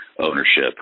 ownership